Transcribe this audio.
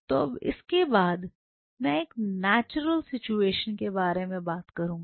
तो अब इसके बाद मैं एक नेचुरल सिचुएशन के बारे में बात करूंगा